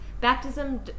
baptism